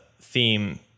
theme